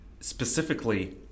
Specifically